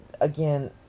again